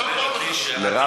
מרב,